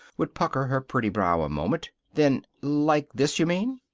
would pucker her pretty brow a moment. then, like this, you mean?